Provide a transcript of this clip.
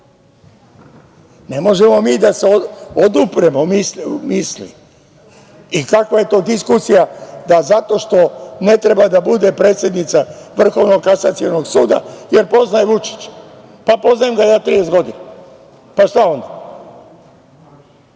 Ne možemo mi da se odupremo misli i kakva je to diskusija da zato što ne treba da bude predsednica Vrhovnog kasacionog suda jer poznaje Vučića. Pa poznajem ga ja 30 godina, pa šta onda?